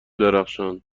درخشان